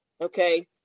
okay